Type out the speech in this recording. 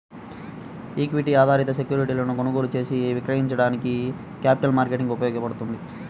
equity ఆధారిత సెక్యూరిటీలను కొనుగోలు చేసి విక్రయించడానికి క్యాపిటల్ మార్కెట్ ఉపయోగపడ్తది